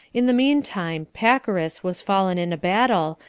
in the mean time, pacorus was fallen in a battle,